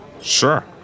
sure